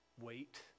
wait